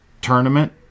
tournament